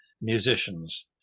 musicians